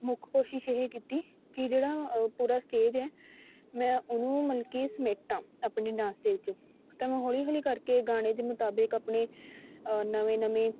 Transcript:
ਮੁੱਖ ਕੋਸ਼ਿਸ਼ ਇਹ ਕੀਤੀ ਕਿ ਜਿਹੜਾ ਪੂਰਾ ਸਟੇਜ ਹੈ ਮੈਂ ਉਹਨੂੰ ਮਲਕੀ ਸਮੇਟਾਂ ਆਪਣੇ ਡਾਂਸ ਦੇ ਵਿੱਚ ਤਾਂ ਮੈਂ ਹੌਲੀ ਹੌਲੀ ਕਰਕੇ ਗਾਣੇ ਦੇ ਮੁਤਾਬਿਕ ਆਪਣੇ ਨਵੇਂ ਨਵੇਂ